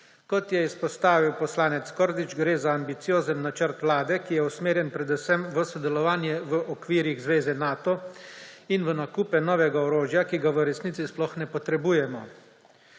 Kot je izpostavil poslanec Kordiš, gre za ambiciozen načrt Vlade, ki je usmerjen predvsem v sodelovanje v okvirih zveze Nato in v nakupe novega orožja, ki ga v resnici sploh ne potrebujemo.